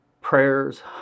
prayers